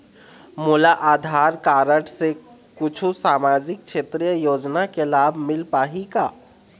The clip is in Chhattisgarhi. मोला आधार कारड से कुछू सामाजिक क्षेत्रीय योजना के लाभ मिल पाही का?